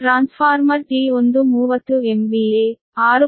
transformer T1 30 MVA 6